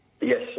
Yes